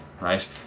right